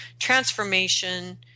transformation